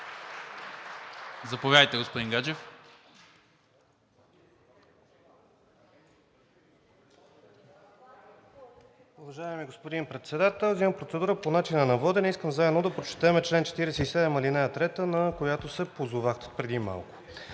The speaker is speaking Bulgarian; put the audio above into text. Заповядайте, господин Гаджев.